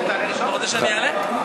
אתה רוצה שאני אעלה?